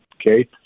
okay